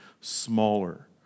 smaller